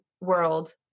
world